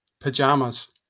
pajamas